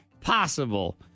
possible